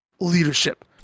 leadership